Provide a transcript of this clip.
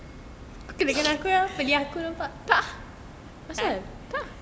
apa pilihan aku ya pilihan aku nampak pak